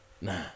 Nah